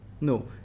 no